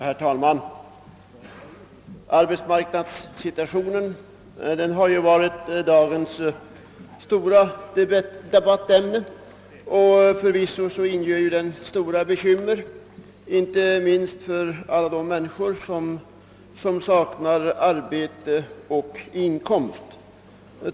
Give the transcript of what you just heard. Herr talman! Arbetsmarknadssituationen har ju varit dagens stora debattämne, och förvisso inger den stora bekymmer inte minst för alla de människor som saknar arbete och inkomst.